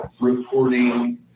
reporting